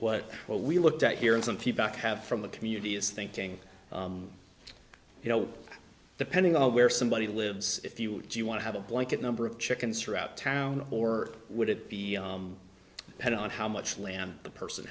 what well we looked at here and some feedback have from the community is thinking you know depending on where somebody lives if you do you want to have a blanket number of chickens throughout town or would it be had on how much land the person